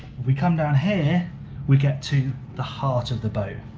we come down here we get to the heart of the boat,